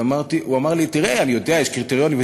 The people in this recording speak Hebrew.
ואמר לי: יש קריטריונים,